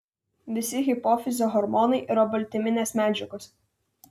visi hipofizio hormonai yra baltyminės medžiagos